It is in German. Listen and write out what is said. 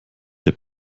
der